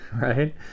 right